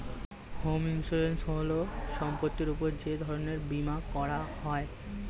home insurance হল সম্পত্তির উপর যে ধরনের বীমা করা হয়